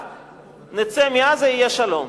נצא מעזה, יהיה שלום.